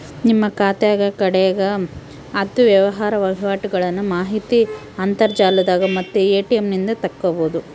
ನಿಮ್ಮ ಖಾತೆಗ ಕಡೆಗ ಹತ್ತು ವ್ಯವಹಾರ ವಹಿವಾಟುಗಳ್ನ ಮಾಹಿತಿ ಅಂತರ್ಜಾಲದಾಗ ಮತ್ತೆ ಎ.ಟಿ.ಎಂ ನಿಂದ ತಕ್ಕಬೊದು